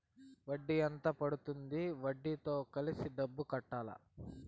వడ్డీ ఎంత పడ్తుంది? వడ్డీ తో కలిపి డబ్బులు కట్టాలా?